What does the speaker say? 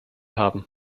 haben